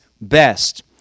best